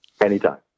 Anytime